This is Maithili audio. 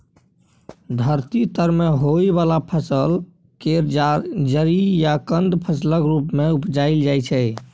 धरती तर में होइ वाला फसल केर जरि या कन्द फसलक रूप मे उपजाइल जाइ छै